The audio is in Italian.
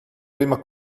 prima